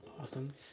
Awesome